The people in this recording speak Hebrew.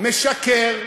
משקר.